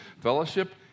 fellowship